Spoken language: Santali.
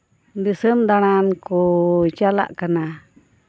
ᱫᱤᱥᱚᱱ ᱫᱟᱬᱟᱱ ᱠᱚ ᱪᱟᱞᱟᱜ ᱠᱟᱱᱟ